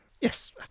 Yes